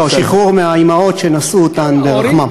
לא, שחרור מהאימהות שנשאו אותם ברחמן.